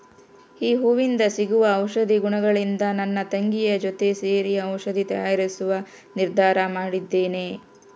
ಈ ಹೂವಿಂದ ಸಿಗುವ ಔಷಧಿ ಗುಣಗಳಿಂದ ನನ್ನ ತಂಗಿಯ ಜೊತೆ ಸೇರಿ ಔಷಧಿ ತಯಾರಿಸುವ ನಿರ್ಧಾರ ಮಾಡಿದ್ದೇನೆ